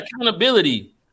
accountability